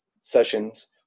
sessions